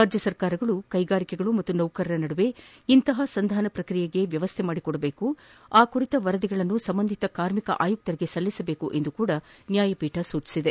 ರಾಜ್ಯ ಸರ್ಕಾರಗಳು ಕೈಗಾರಿಕೆಗಳು ಮತ್ತು ನೌಕರರ ನಡುವೆ ಇಂತಹ ಸಂಧಾನ ಪ್ರಕ್ರಿಯೆಗೆ ವ್ಯವಸ್ಥೆ ಕಲ್ಪಿಸಿಕೊಡಬೇಕು ಅಲ್ಲದೇ ಆ ಕುರಿತ ವರದಿಗಳನ್ನು ಸಂಬಂಧಿತ ಕಾರ್ಮಿಕ ಆಯುಕ್ತರಿಗೆ ಸಲ್ಲಿಸಬೇಕು ಎಂದು ಸಹ ನ್ಲಾಯಪೀಠ ಆದೇಶಿಸಿದೆ